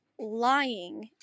lying